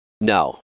No